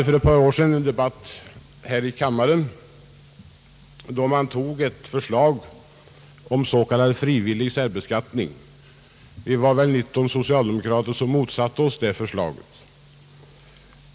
För ett par år sedan förekom en debatt här i kammaren varvid antogs ett förslag om s.k. frivillig särbeskattning. Vi var väl 19 socialdemokrater som motsatte oss detta förslag.